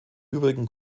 übrigen